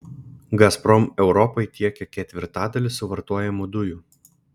gazprom europai tiekia ketvirtadalį suvartojamų dujų